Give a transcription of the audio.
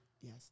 Yes